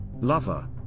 Lover